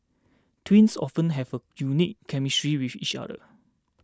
twins often have a unique chemistry with each other